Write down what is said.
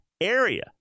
area